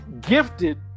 gifted